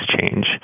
change